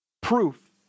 Proof